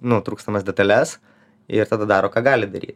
nu trūkstamas detales ir tada daro ką gali daryt